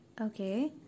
Okay